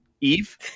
Eve